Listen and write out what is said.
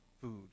food